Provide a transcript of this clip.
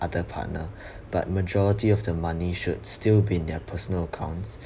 other partner but majority of the money should still be in their personal accounts